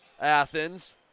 Athens